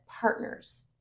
partners